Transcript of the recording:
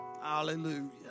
Hallelujah